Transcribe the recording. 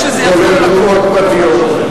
כולל תרומות פרטיות.